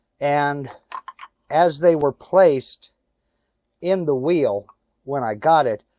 and as they were placed in the wheel when i got it.